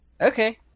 Okay